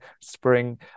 spring